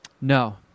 No